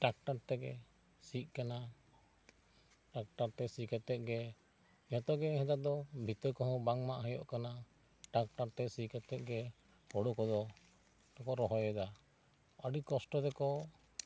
tractor ᱛᱮᱜᱮ ᱥᱤᱜ ᱠᱟᱱᱟ ᱴᱟᱠᱴᱟᱨ ᱛᱮ ᱥᱤ ᱠᱟᱛᱮᱫ ᱜᱮ ᱡᱚᱛᱚ ᱜᱮ ᱱᱮᱛᱟᱨ ᱫᱚ ᱵᱤᱛᱟᱹ ᱠᱚᱦᱚᱸ ᱵᱟᱝ ᱢᱟᱜ ᱦᱩᱭᱩᱜ ᱠᱟᱱᱟ ᱴᱟᱠᱴᱟᱨ ᱛᱮ ᱫᱚ ᱠᱟᱛᱮᱫ ᱜᱤ ᱦᱳᱲᱳ ᱠᱚ ᱫᱚ ᱠᱚ ᱨᱚᱦᱚᱭ ᱮᱫᱟ ᱟᱹᱰᱤ ᱠᱚᱥᱴᱚ ᱛᱮᱠᱚ